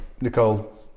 Nicole